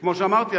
שכמו שאמרתי,